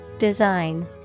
Design